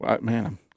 man